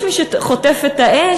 יש מי שחוטף את האש.